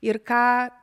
ir ką